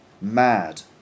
mad